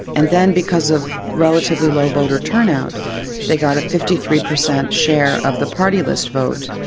and then because of relatively low voter turnout they got a fifty three percent share of the party list vote,